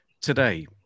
today